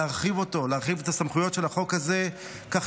להרחיב את הסמכויות של החוק הזה כך